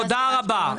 תודה רבה.